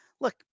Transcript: Look